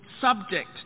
subject